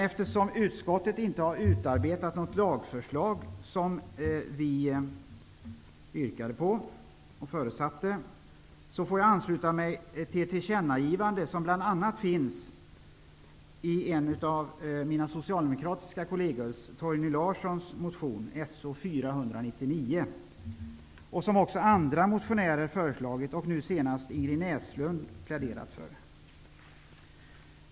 Eftersom utskottet inte har utarbetat något lagförslag, vilket vi yrkade på och förutsatte, får jag ansluta mig till det tillkännagivande som bl.a. finns i motion So499 av en av mina socialdemokratiska kolleger, Torgny Larsson. Det har också andra motionärer föreslagit. Nu senast pläderade Ingrid Näslund för det.